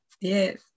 yes